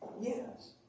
yes